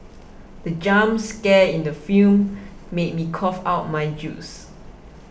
the jump scare in the film made me cough out my juice